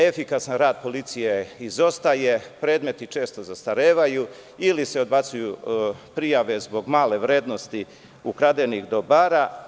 Efikasan rad policije izostaje, predmeti često zastarevaju ili se odbacuju prijave zbog male vrednosti ukradenih dobara.